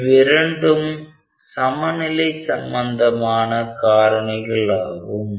இவ்விரண்டும் சமநிலை சம்பந்தமான காரணிகளாகும்